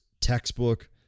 textbook